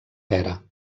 pera